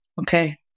Okay